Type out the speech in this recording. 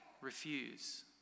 refuse